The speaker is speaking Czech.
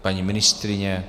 Paní ministryně?